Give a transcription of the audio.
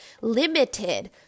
limited